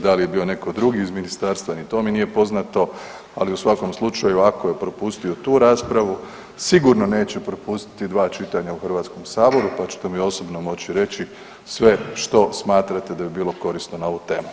Da li je bio neko drugi iz ministarstva ni to mi nije poznato, ali u svakom slučaju ako je propustio tu raspravu sigurno neće propustiti dva čitanja u HS-u pa ćete mu osobno moći reći sve što smatrate da bi bilo korisno na ovu temu.